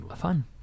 Fun